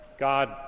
God